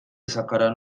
sacaran